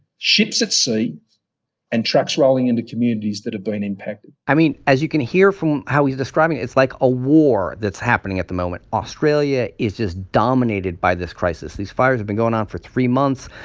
ships at sea and trucks rolling into communities that have been impacted i mean, as you can hear from how he's describing it, it's like a war that's happening at the moment. australia is just dominated by this crisis. these fires have been going on for three months.